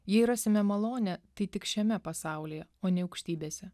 jei rasime malonę tai tik šiame pasaulyje o ne aukštybėse